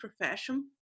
profession